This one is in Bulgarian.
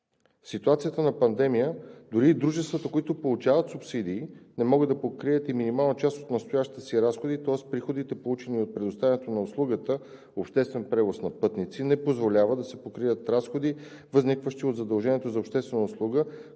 ситуацията на пандемия дори и дружествата, които получават субсидии, не могат да покрият и минимална част от настоящите си разходи. Тоест приходите, получени от предоставянето на услугата обществен превоз на пътници, не позволява да се покрият разходи, възникващи от задължението за обществена услуга,